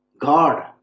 God